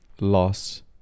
loss